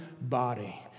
body